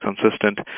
consistent